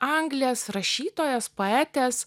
anglės rašytojos poetės